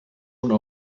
una